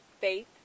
faith